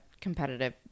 competitive